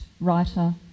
writer